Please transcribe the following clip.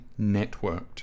networked